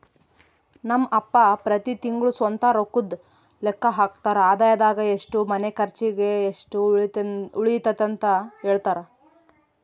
ನಮ್ ಅಪ್ಪ ಪ್ರತಿ ತಿಂಗ್ಳು ಸ್ವಂತ ರೊಕ್ಕುದ್ ಲೆಕ್ಕ ಹಾಕ್ತರ, ಆದಾಯದಾಗ ಎಷ್ಟು ಮನೆ ಕರ್ಚಿಗ್, ಎಷ್ಟು ಉಳಿತತೆಂತ ಹೆಳ್ತರ